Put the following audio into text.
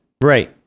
Right